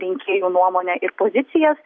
rinkėjų nuomonę ir pozicijas